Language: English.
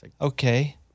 Okay